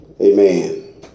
Amen